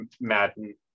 Madden